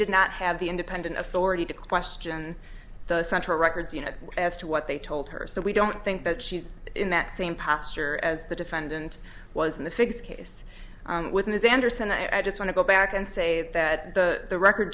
did not have the independent authority to question the central records you know as to what they told her so we don't think that she's in that same posture as the defendant was in the fix case with ms anderson i just want to go back and say that the record